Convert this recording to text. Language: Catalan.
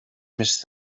més